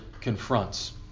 confronts